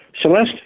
Celeste